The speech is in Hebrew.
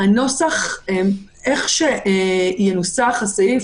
איך שינוסח הסעיף,